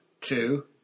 two